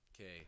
Okay